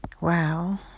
wow